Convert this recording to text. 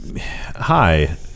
Hi